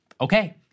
okay